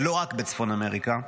ולא רק בצפון אמריקה,